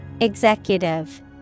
Executive